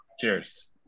Cheers